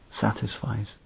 satisfies